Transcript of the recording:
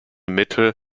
mittel